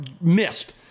missed